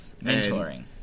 Mentoring